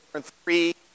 three